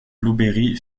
blueberry